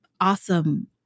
awesome